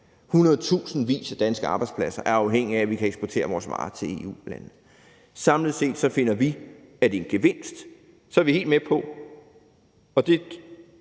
af danske arbejdspladser er afhængige af, at vi kan eksportere vores varer til EU-lande, og samlet set finder vi, at det er en gevinst. Så er vi helt med på,